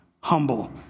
humble